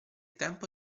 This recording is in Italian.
tempo